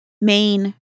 main